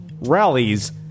rallies